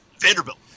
Vanderbilt